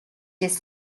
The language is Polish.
jest